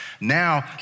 Now